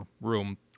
room